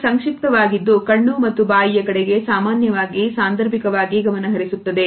ಇದು ಸಂಕ್ಷಿಪ್ತವಾಗಿದ್ದು ಕಣ್ಣು ಮತ್ತು ಬಾಯಿಯ ಕಡೆಗೆ ಸಾಮಾನ್ಯವಾಗಿ ಸಾಂದರ್ಭಿಕವಾಗಿ ಗಮನಹರಿಸುತ್ತದೆ